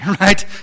right